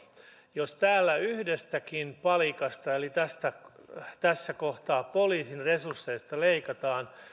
jos täällä yhdestäkin palikasta eli tässä kohtaa poliisin resursseista leikataan